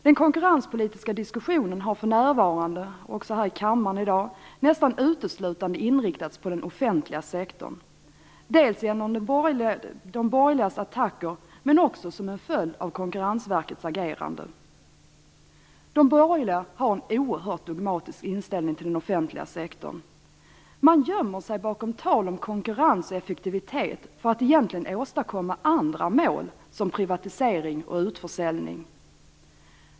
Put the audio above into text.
Den konkurrenspolitiska diskussionen har för närvarande, också här i kammaren i dag, nästan uteslutande inriktats på den offentliga sektorn, dels genom de borgerligas attacker men också som en följd av konkurrensverkets agerande. De borgerliga har en oerhört dogmatisk inställning till den offentliga sektorn. Man gömmer sig bakom tal om konkurrens och effektivitet för att egentligen åstadkomma andra mål, som privatisering och utförsäljning.